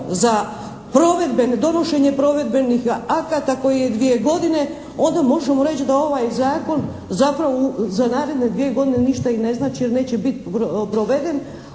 za provedbe, ne donošenje provedbenih akata koji je 2 godine, onda možemo reći da ovaj zakon zapravo za naredne 2 godine ništa i ne znači jer neće biti proveden,